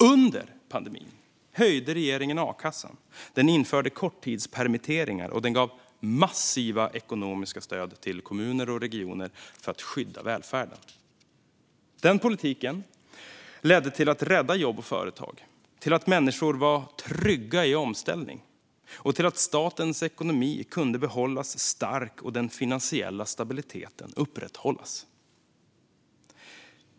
Under pandemin höjde regeringen a-kassan. Den införde korttidspermitteringar och gav massiva ekonomiska stöd till kommuner och regioner för att skydda välfärden. Den politiken ledde till att jobb och företag räddades, till att människor var trygga i omställning och till att statens ekonomi kunde behållas stark och den finansiella stabiliteten upprätthållas.